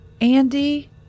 Andy